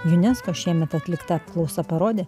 junesko šiemet atlikta apklausa parodė